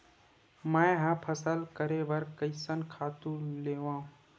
मैं ह फसल करे बर कइसन खातु लेवां?